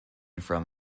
from